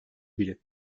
biri